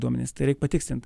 duomenis tai reik patikslint